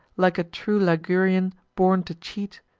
like a true ligurian, born to cheat,